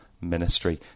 ministry